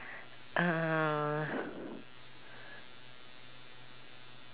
um